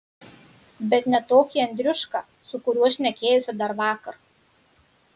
bet ne tokį andriušką su kuriuo šnekėjosi dar vakar